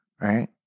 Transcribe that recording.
right